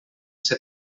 ser